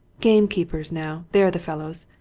gamekeepers, now they're the fellows!